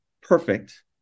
perfect